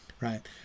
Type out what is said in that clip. right